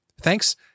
Thanks